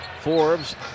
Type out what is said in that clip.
Forbes